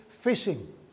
fishing